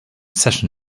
session